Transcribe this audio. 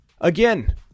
Again